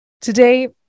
Today